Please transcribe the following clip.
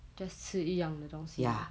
just 是一样的东西 lor